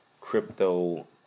crypto